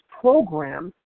program